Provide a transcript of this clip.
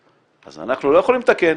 אז אנחנו לא יכולים לתקן,